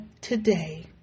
today